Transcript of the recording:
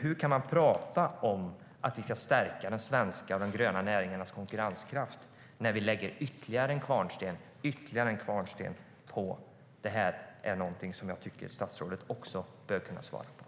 Hur kan man prata om att stärka de svenska gröna näringarnas konkurrenskraft när vi lägger ytterligare en kvarnsten på lantbruket? Det här tycker jag att statsrådet borde kunna svara på.